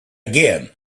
again